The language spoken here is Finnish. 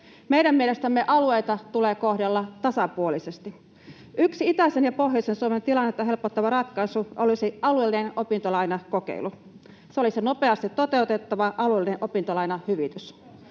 Meidän mielestämme alueita tulee kohdella tasapuolisesti. Yksi itäisen ja pohjoisen Suomen tilannetta helpottava ratkaisu olisi alueellinen opintolainakokeilu. Se olisi nopeasti toteutettava, alueellinen opintolainahyvitys.